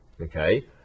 okay